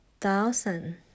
thousand